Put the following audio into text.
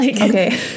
okay